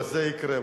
וזה יקרה,